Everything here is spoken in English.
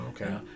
Okay